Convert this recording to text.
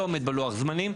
לא עומד בלוח זמנים.